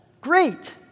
great